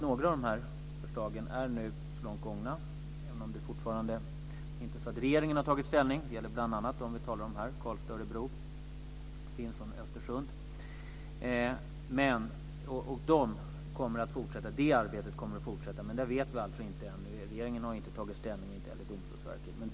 Några av förslagen är nu långt gångna, även om regeringen ännu inte har tagit ställning. Det gäller bl.a. Karlstad, Örebro och Östersund. Det arbetet kommer att fortsätta. Regeringen och Domstolsverket har inte tagit ställning än.